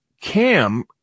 Cam